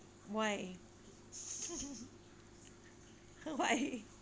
why why